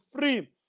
free